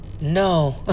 No